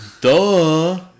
Duh